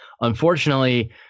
unfortunately